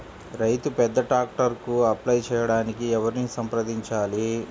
రైతు పెద్ద ట్రాక్టర్కు అప్లై చేయడానికి ఎవరిని సంప్రదించాలి?